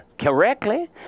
correctly